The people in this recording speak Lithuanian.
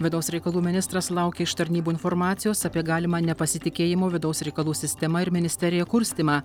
vidaus reikalų ministras laukia iš tarnybų informacijos apie galimą nepasitikėjimo vidaus reikalų sistema ir ministerija kurstymą